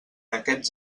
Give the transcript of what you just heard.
aquests